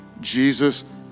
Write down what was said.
Jesus